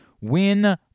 win